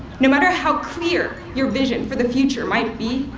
no matter how clear your vision for the future might be,